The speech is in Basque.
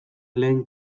lehen